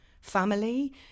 family